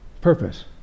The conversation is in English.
Purpose